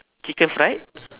chicken fried